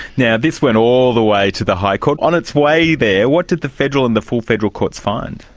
yeah this went all the way to the high court. on its way there what did the federal and the full federal court's find?